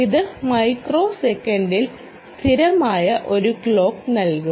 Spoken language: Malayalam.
ഇത് മൈക്രോസെക്കൻഡിൽ സ്ഥിരമായ ഒരു ക്ലോക്ക് നൽകും